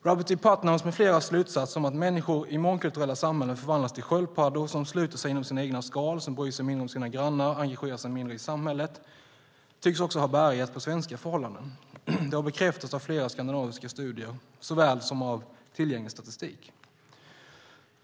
Robert D. Putnams med fleras slutsatser om att människor i mångkulturella samhällen förvandlas till sköldpaddor som sluter sig inom sina egna skal, bryr sig mindre om sina grannar och engagerar sig mindre i samhället tycks också ha bäring på svenska förhållanden. Det har bekräftats av flera skandinaviska studier såväl som av tillgänglig statistik.